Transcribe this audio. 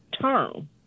term